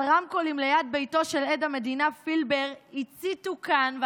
על רמקולים ליד ביתו של עד המדינה פילבר הציתו כאן מדינה שלמה,